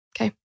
Okay